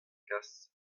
kas